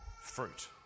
fruit